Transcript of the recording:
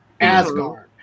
Asgard